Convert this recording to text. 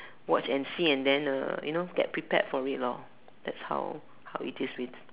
watch and see and then uh you know get prepared for it lor that is how how it is with